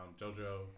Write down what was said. JoJo